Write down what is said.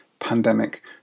Pandemic